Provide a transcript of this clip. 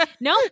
No